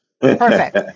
Perfect